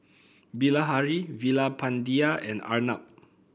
Bilahari Veerapandiya and Arnab